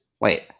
Wait